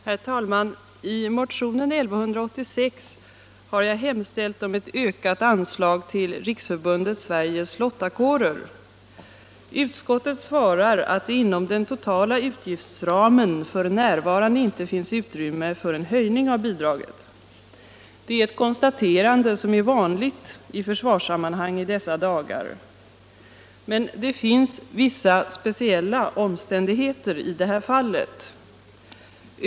Herr talman! I motionen 1186 har jag hemställt om ett ökat anslag till Riksförbundet Sveriges lottakårer. Utskottet svarar att det inom den totala utgiftsramen f. n. inte finns utrymme för en höjning av bidraget. Det är ett konstaterande som är vanligt i försvarssammanhang i dessa dagar. Men det finns vissa speciella omständigheter i det här fallet.